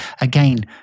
again